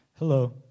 Hello